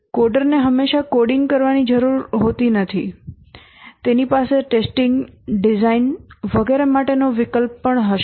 કોડરને હંમેશાં કોડિંગ આપવાની જરૂર હોતી નથી તેની પાસે પરીક્ષણ ડિઝાઇન વગેરે માટેનો વિકલ્પ પણ હશે